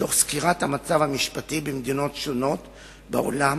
תוך סקירת המצב המשפטי במדינות שונות בעולם